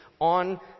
on